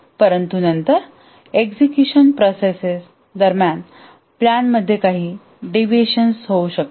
परंतु नंतर execution process दरम्यान प्लॅन मध्ये काही डेव्हिएशन होऊ शकतात